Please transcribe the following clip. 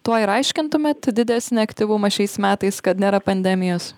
tuo ir aiškintumėt didesnį aktyvumą šiais metais kad nėra pandemijos